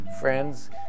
Friends